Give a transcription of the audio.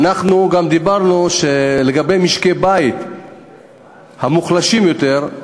אנחנו גם אמרנו שלגבי משקי-הבית המוחלשים יותר,